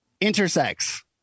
intersex